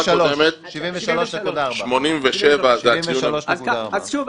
73.4. 87 זה הציון --- שוב,